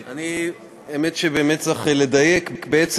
זה לא רק הפיצול, זה הכול.